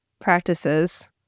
practices